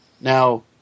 Now